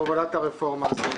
בהובלת הרפורמה הזאת.